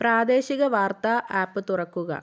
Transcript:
പ്രാദേശിക വാർത്താ ആപ്പ് തുറക്കുക